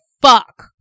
fuck